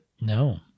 No